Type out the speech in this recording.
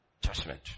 Judgment